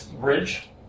bridge